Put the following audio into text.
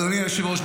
אדוני היושב-ראש,